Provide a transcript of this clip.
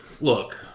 Look